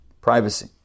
Privacy